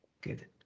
Good